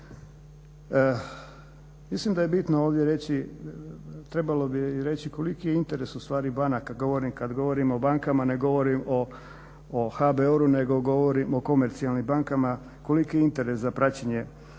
Mislim da je bitno ovdje reći, trebalo bi reći koliki je interes u stvari banaka. Kad govorim o bankama ne govorim o HBOR-u nego govorim o komercijalnim bankama koliko je interes za praćenje svih